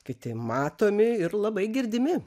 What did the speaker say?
kiti matomi ir labai girdimi